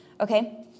okay